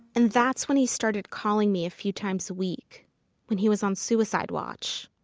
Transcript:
and that's when he started calling me a few times a week when he was on suicide watch.